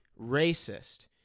racist